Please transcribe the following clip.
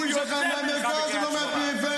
המפגינים שלך מהמרכז ולא מהפריפריה.